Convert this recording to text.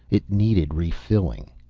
it needed refilling.